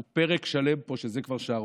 הוא פרק שלם פה שזה כבר שערורייה.